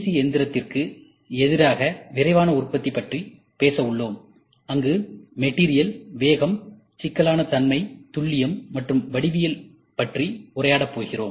C எந்திரத்திற்கு எதிராக விரைவான உற்பத்தி பற்றி பேச உள்ளோம் அங்கு மெட்டீரியல் வேகம் சிக்கலான தன்மை துல்லியம் மற்றும் வடிவியல் பற்றி உரையாட போகிறோம்